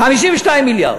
52. 52 מיליארד.